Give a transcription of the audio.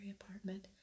apartment